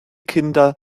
kinder